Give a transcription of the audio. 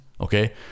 Okay